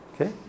okay